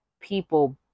people